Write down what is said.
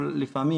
לפעמים,